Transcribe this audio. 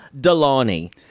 Delaney